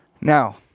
Now